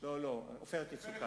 לא, לא, סליחה, "עופרת יצוקה".